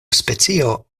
specio